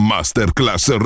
Masterclass